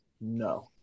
No